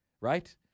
Right